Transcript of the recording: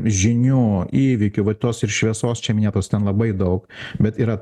žinių įvykių vat tos ir šviesos čia minėtos ten labai daug bet yra